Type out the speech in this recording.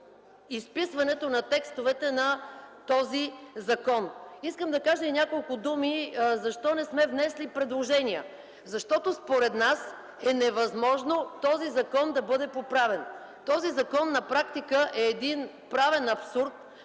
изписването на текстовете на този закон. Искам да кажа и няколко думи защо не сме внесли предложения. Защото според нас е невъзможно този закон да бъде поправен. На практика този закон е правен абсурд,